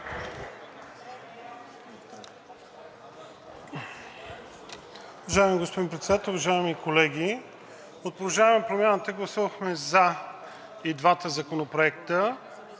Уважаеми господин Председател, уважаеми колеги! От „Продължаваме Промяната“ гласувахме за и двата законопроекта.